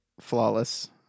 flawless